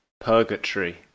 purgatory